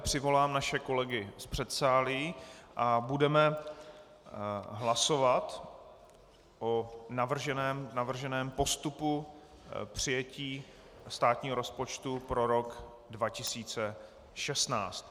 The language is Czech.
Přivolám naše kolegy z předsálí a budeme hlasovat o navrženém postupu přijetí státního rozpočtu pro rok 2016.